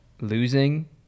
losing